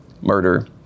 murder